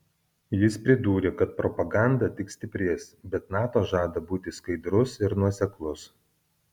jis pridūrė kad propaganda tik stiprės bet nato žada būti skaidrus ir nuoseklus